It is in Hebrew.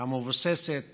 המבוססת